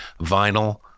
vinyl